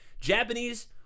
Japanese